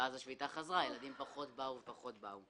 ואז השביתה חזרה, הילדים פחות באו לבית הספר.